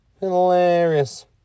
Hilarious